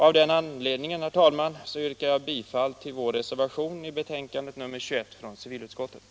Av den anledningen yrkar jag bifall till vår reservation i betänkandet 21 från civilutskottet.